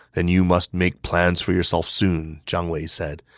then you must make plans for yourself, soon, jiang wei said.